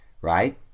right